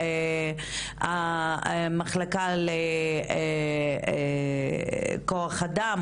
המחלקה לכוח אדם,